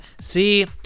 See